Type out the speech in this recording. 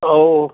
ꯑꯧ